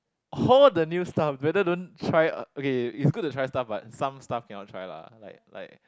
hold the new stuff better don't try uh okay is good to try stuff but some stuff cannot try lah like like